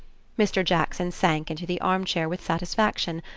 mr. jackson sank into the armchair with satisfaction,